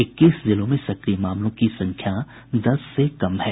इक्कीस जिलों में सक्रिय मामलों की संख्या दस से कम है